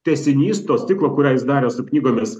tęsinys to stiklo kurią jis darė su knygomis